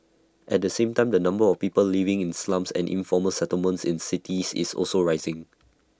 at the same time the number of people living in slums and informal settlements in cities is also rising